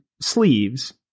sleeves